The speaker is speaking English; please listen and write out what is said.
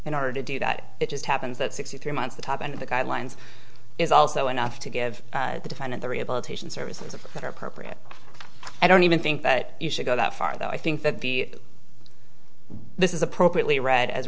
in order to do that it just happens that sixty three months the top end of the guidelines is also enough to give the defendant the rehabilitation services that are appropriate i don't even think that you should go that far though i think that the this is appropriately read as